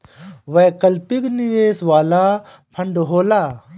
वैकल्पिक निवेश वाला फंड होला